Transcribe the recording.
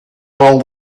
all